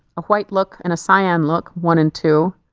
a white look and a cyan look one and two.